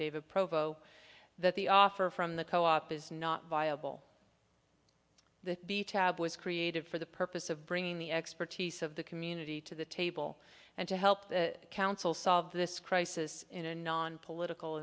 david provo that the offer from the co op is not viable the tab was created for the purpose of bringing the expertise of the community to the table and to help the council solve this crisis in a non political